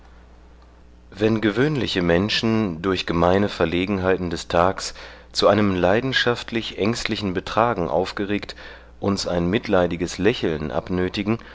wenn gewöhnliche menschen durch gemeine verlegenheiten des tags zu einem leidenschaftlich ängstlichen betragen aufgeregt uns ein mitleidiges lächeln abnötigen